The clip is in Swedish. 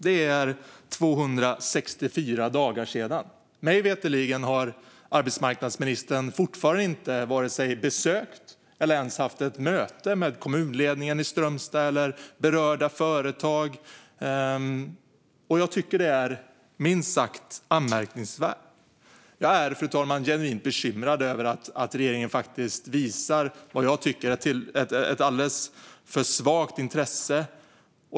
Det är 264 dagar sedan. Mig veterligen har arbetsmarknadsministern fortfarande inte vare sig besökt eller ens haft ett möte med kommunledningen i Strömstad eller berörda företag. Jag tycker att det är minst sagt anmärkningsvärt. Jag är genuint bekymrad över att regeringen visar ett i mitt tycke alldeles för svagt intresse.